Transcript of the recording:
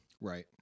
Right